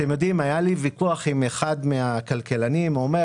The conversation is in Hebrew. היה לי ויכוח עם אחד מהכלכלנים, הוא אמר